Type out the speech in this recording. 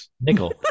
nickel